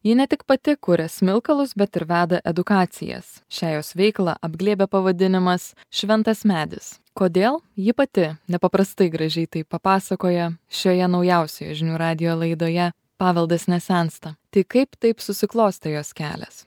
ji ne tik pati kuria smilkalus bet ir veda edukacijas šią jos veiklą apglėbia pavadinimas šventas medis kodėl ji pati nepaprastai gražiai tai papasakoja šioje naujausioje žinių radijo laidoje paveldas nesensta tai kaip taip susiklostė jos kelias